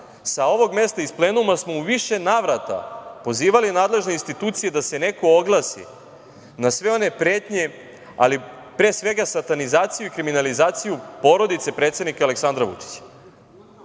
sa ovog mesta iz plenuma smo u više navrata pozivali nadležne institucije da se neko oglasi na sve one pretnje, ali pre svega satanizaciju i kriminalizaciju porodice predsednika Aleksandra Vučića. Nije